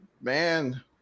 Man